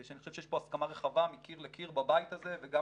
שאני חושב שיש פה הסכמה רחבה מקיר לקיר בבית הזה וגם